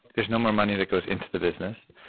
there's no more money that goes into the business.